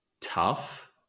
tough